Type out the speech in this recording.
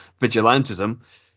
vigilantism